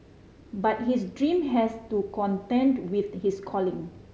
but his dream has to contend with his calling